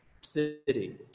city